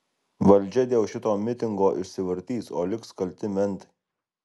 valdžia dėl šito mitingo išsivartys o liks kalti mentai